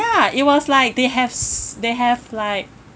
ya it was like they have s~ they have like